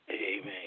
Amen